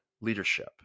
leadership